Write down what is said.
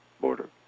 border